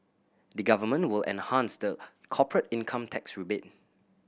the Government will enhance the corporate income tax rebate